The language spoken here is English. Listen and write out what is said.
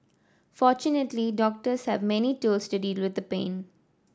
fortunately doctors have many tools to deal with pain